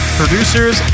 producers